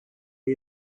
lan